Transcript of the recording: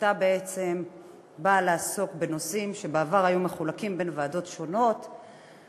ותכליתה בעצם באה לעסוק בנושאים שבעבר היו מחולקים בין ועדות שונות,